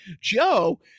joe